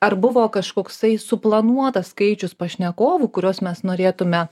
ar buvo kažkoksai suplanuotas skaičius pašnekovų kuriuos mes norėtume